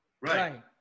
Right